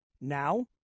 Now